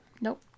nope